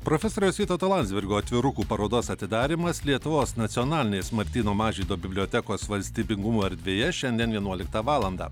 profesoriaus vytauto landsbergio atvirukų parodos atidarymas lietuvos nacionalinės martyno mažvydo bibliotekos valstybingumo erdvėje šiandien vienuoliktą valandą